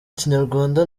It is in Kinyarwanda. kinyarwanda